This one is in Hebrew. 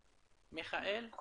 מיכאל,